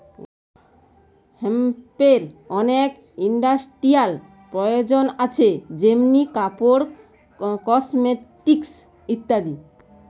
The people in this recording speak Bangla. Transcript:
হেম্পের অনেক ইন্ডাস্ট্রিয়াল প্রয়োজন আছে যেমনি কাপড়, কসমেটিকস ইত্যাদি